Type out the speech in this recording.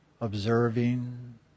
observing